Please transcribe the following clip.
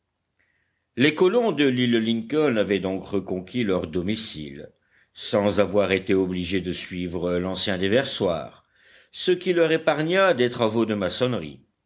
les colons de l'île lincoln avaient donc reconquis leur domicile sans avoir été obligés de suivre l'ancien déversoir ce qui leur épargna des travaux de maçonnerie